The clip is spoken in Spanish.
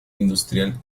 industrial